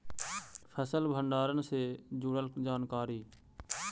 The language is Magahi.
फसल भंडारन से जुड़ल जानकारी?